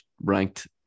ranked